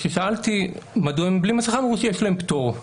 כששאלתי מדוע הם בלי מסכה, אמרו שיש להם פטור,